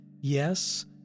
Yes